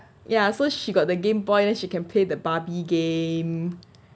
ya so she got the game boy then she can pay the barbie game